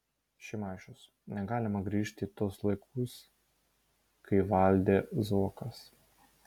šimašius negalima grįžti į tuos laikus kai valdė zuokas